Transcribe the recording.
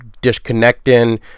disconnecting